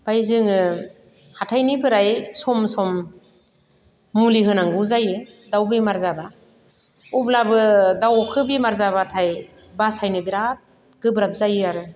आमफाय जोङो हाथायनिफोराय सम सम मुलि होनांगौ जायो दाउ बेमार जाब्ला अब्लाबो दाउखो बेमार जाब्लाथाय बासायनो बेराद गोब्राब जायो आरो